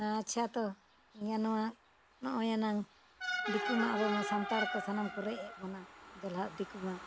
ᱟᱪᱪᱷᱟ ᱛᱚ ᱤᱧᱟᱹᱜ ᱱᱚᱣᱟ ᱱᱚᱜᱼᱚᱭ ᱫᱤᱠᱩᱢᱟ ᱟᱵᱚᱢᱟ ᱥᱟᱱᱛᱟᱲ ᱠᱚ ᱥᱟᱱᱟᱢ ᱠᱚ ᱨᱮᱡ ᱮᱫ ᱵᱚᱱᱟ ᱡᱚᱞᱦᱟ ᱫᱤᱠᱩᱢᱟ